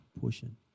portion